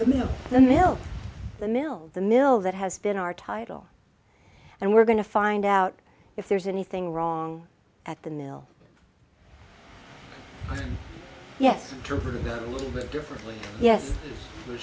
mill the mill that has been our title and we're going to find out if there's anything wrong at the mill yes yes